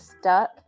stuck